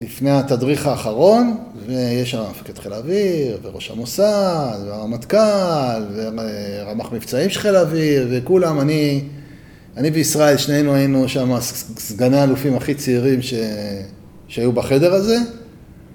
לפני התדריך האחרון, ויש שם המפקד חיל האוויר, וראש המוסד, והרמטכ"ל, ורמ"ח מבצעים של חיל האוויר, וכולם, אני וישראל, שנינו היינו שם סגני אלופים הכי צעירים שהיו בחדר הזה